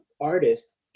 artist